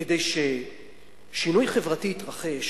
כדי ששינוי חברתי יתרחש